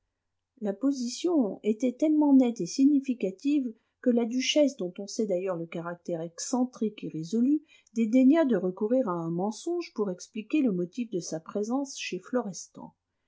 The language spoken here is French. la position était tellement nette et significative que la duchesse dont on sait d'ailleurs le caractère excentrique et résolu dédaigna de recourir à un mensonge pour expliquer le motif de sa présence chez